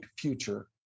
future